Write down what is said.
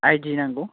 I D नांगौ